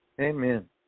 Amen